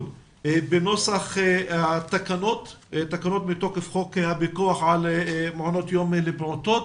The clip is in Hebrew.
בנוסח התקנות מתוקף חוק הפיקוח על מעונות יום לפעוטות.